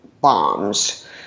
bombs